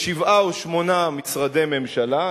בשבעה או שמונה משרדי ממשלה,